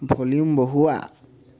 volume বঢ়োৱা